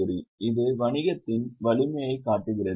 இது வணிகத்தின் வலிமையைக் காட்டுகிறது